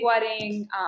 wedding